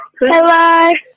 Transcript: Hello